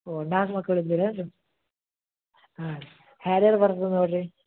ಓಹ್ ನಾಲ್ಕು ಮಕ್ಕಳು ಇದ್ದೀರೇನು ಹ್ಞೂ ಹ್ಯಾರಿಯರ್ ಬರ್ತದೆ ನೋಡಿರಿ